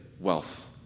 wealth